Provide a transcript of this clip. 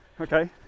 Okay